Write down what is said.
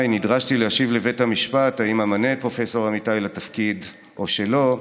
נדרשתי להשיב לבית המשפט אם אמנה את פרופ' אמיתי או שלא.